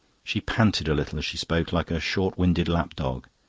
she panted a little as she spoke, like a short-winded lap-dog.